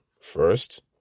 first